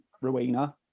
Rowena